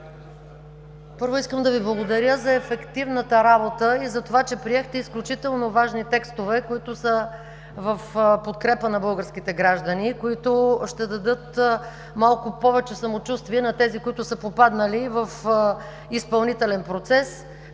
Първо, искам да Ви благодаря за ефективната работа и за това, че приехте изключително важни текстове, които са в подкрепа на българските граждани и които ще дадат малко повече самочувствие на тези, които са попаднали в изпълнителен процес